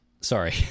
Sorry